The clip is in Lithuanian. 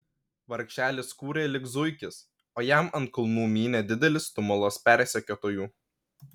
vargšelis kūrė lyg zuikis o jam ant kulnų mynė didelis tumulas persekiotojų